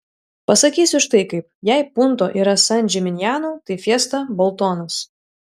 pasakysiu štai kaip jei punto yra san džiminjano tai fiesta boltonas